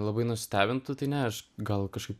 labai nustebintų tai ne aš gal kažkaip